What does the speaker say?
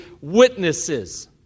witnesses